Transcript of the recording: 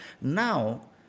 Now